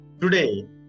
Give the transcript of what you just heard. Today